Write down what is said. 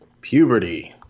Puberty